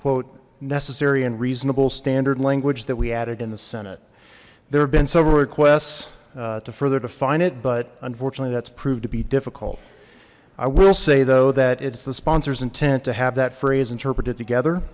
quote necessary and reasonable standard language that we added in the senate there have been several requests to further define it but unfortunately that's proved to be difficult i will say though that it's the sponsors intent to have that phrase interpreted together